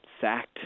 sacked